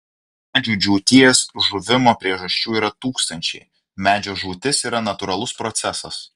medžių džiūties žuvimo priežasčių yra tūkstančiai medžio žūtis yra natūralus procesas